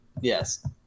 Yes